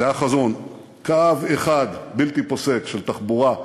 זה החזון: קו אחד בלתי פוסק של תחבורה,